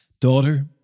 Daughter